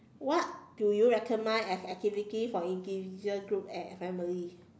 what do you recommend as activities for individual group and families